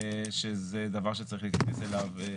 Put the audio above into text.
שזה דבר שצריך להתייחס אליו.